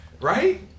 Right